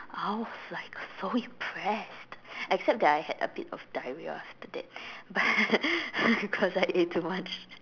I was like so impressed except that I had a bit of diarrhea after that but cause I ate too much